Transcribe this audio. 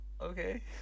Okay